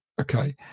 okay